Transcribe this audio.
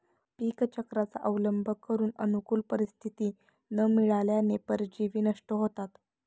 पीकचक्राचा अवलंब करून अनुकूल परिस्थिती न मिळाल्याने परजीवी नष्ट होतात